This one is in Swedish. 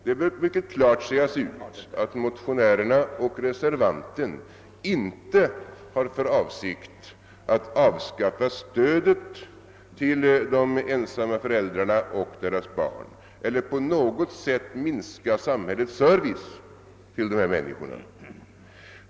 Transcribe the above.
Det bör klart sägas ut att motionärerna och reservanten inte har för avsikt att avskaffa stödet till de ensamma föräldrarna och deras barn eller att på något sätt minska samhällets service till dessa människor.